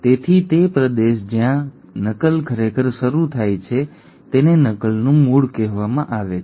તેથી તે પ્રદેશ જ્યાં નકલ ખરેખર શરૂ થાય છે તેને નકલનું મૂળ કહેવામાં આવે છે